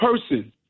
person